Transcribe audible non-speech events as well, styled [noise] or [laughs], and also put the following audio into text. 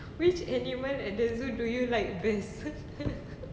[laughs]